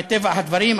מטבע הדברים,